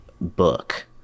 book